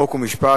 חוק ומשפט,